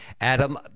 Adam